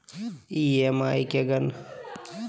EMI के गणना करे ले ई.एम.आई कैलकुलेटर के प्रयोग करल जा हय